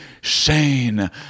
Shane